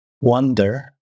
wonder